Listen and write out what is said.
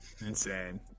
Insane